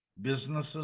Businesses